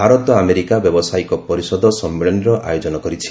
Bharat America ବ୍ୟବସାୟିକ ପରିଷଦ ସମ୍ମିଳନୀର ଆୟୋଜନ କରିଛି